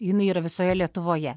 jinai yra visoje lietuvoje